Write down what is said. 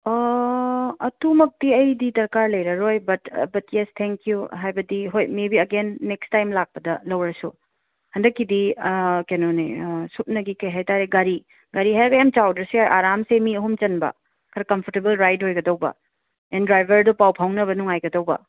ꯑꯣ ꯑꯗꯨꯃꯛꯇꯤ ꯑꯩꯗꯤ ꯗꯔꯀꯥꯔ ꯂꯩꯔꯔꯣꯏ ꯕꯠ ꯕꯠ ꯌꯦꯁ ꯊꯦꯡꯀ꯭ꯌꯨ ꯍꯥꯏꯕꯗꯤ ꯍꯣꯏ maybe again next time ꯂꯥꯛꯄꯗ ꯂꯧꯔꯁꯨ ꯍꯟꯗꯛꯀꯤꯗꯤ ꯀꯩꯅꯣꯅꯦ ꯀꯩ ꯍꯥꯏꯇꯥꯔꯦ ꯁꯨꯞꯅꯒꯤ ꯒꯥꯔꯤ ꯒꯥꯔꯤ ꯍꯥꯏꯔꯒ ꯌꯥꯝ ꯆꯥꯎꯗ꯭ꯔꯁꯨ ꯌꯥꯏ ꯑꯔꯥꯝꯁꯦ ꯃꯤ ꯑꯍꯨꯝ ꯆꯟꯕ ꯈꯔ ꯀꯝꯐꯣꯔꯇꯦꯕꯜ ꯔꯥꯏꯠ ꯑꯣꯏꯒꯗꯧꯕ ꯑꯦꯟ ꯗ꯭ꯔꯥꯏꯕꯔꯗꯨ ꯄꯥꯎ ꯐꯥꯎꯅꯕ ꯅꯨꯡꯉꯥꯏꯒꯗꯧꯕ